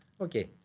Okay